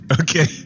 okay